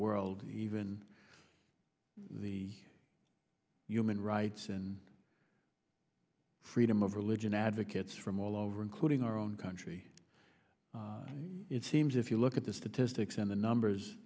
and even the human rights and freedom of religion advocates from all over including our own country it seems if you look at the statistics and the numbers